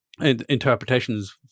interpretations